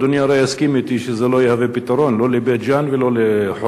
אדוני הרי יסכים אתי שזה לא יהווה פתרון לא לבית-ג'ן ולא לחורפיש,